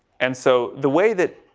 and so the way that